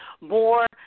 more